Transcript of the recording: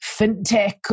fintech